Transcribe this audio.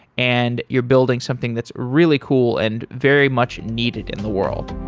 and you're building something that's really cool and very much needed in the world.